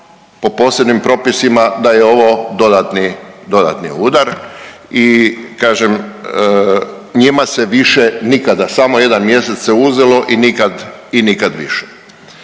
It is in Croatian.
po posebnim propisima da je ovo dodatni, dodatni udar. I kažem njima se više nikada, samo jedan mjesec se uzelo i nikad, nikad